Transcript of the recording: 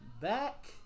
back